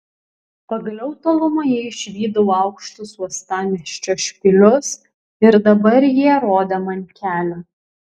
pagaliau tolumoje išvydau aukštus uostamiesčio špilius ir dabar jie rodė man kelią